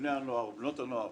לבני ובנות הנוער